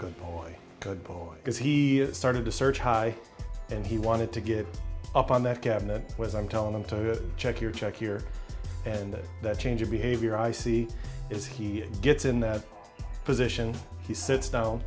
good boy good boy because he started to search high and he wanted to get up on that cabinet was i'm telling him to check your check here and that change of behavior i see as he gets in that position he sits